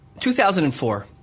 2004